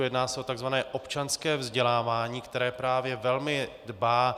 Jedná se o takzvané občanské vzdělávání, které právě velmi dbá.